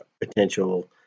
potential